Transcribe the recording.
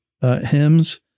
hymns